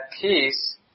peace